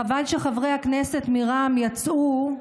חבל שחברי הכנסת מרע"מ יצאו,